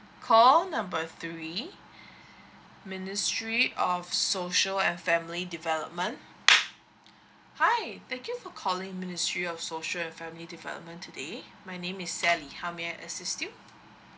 call number three ministry of social and family development hi thank you for calling ministry of social and family development today my name is sally how may I assist you